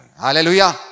Hallelujah